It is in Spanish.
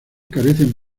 carecen